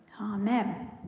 Amen